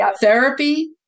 therapy